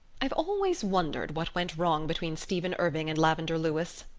i've always wondered what went wrong between stephen irving and lavendar lewis,